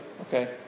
okay